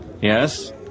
Yes